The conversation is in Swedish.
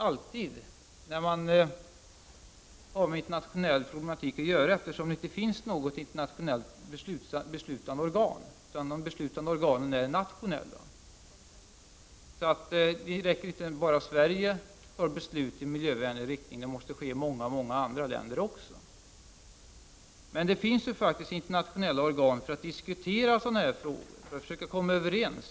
Så är det alltid, eftersom det inte finns något internationellt beslutande organ, utan de beslutande organen är nationella. Det räcker inte att bara Sverige fattar beslut i miljövänlig riktning. Det måste ske i många andra länder också. Men det finns faktiskt internationella organ för att man skall kunna diskutera sådana här frågor, för att försöka komma överens.